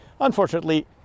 unfortunately